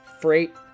freight